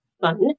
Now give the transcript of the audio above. fun